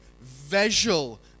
visual